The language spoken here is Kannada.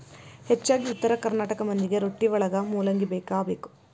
ಹೆಚ್ಚಾಗಿ ಉತ್ತರ ಕರ್ನಾಟಕ ಮಂದಿಗೆ ರೊಟ್ಟಿವಳಗ ಮೂಲಂಗಿ ಬೇಕಬೇಕ